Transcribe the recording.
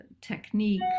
technique